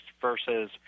versus